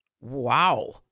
Wow